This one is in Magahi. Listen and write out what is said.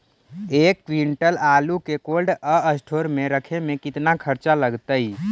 एक क्विंटल आलू के कोल्ड अस्टोर मे रखे मे केतना खरचा लगतइ?